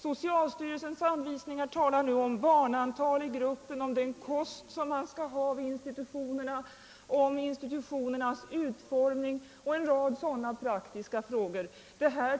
Socialstyrelsens anvisningar talar bara om barnantalet i grupperna, den kost man skall ge vid institutionerna, institutionernas utformning och en rad sådana praktiska frågor.